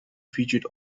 featured